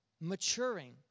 Maturing